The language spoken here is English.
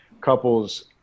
couples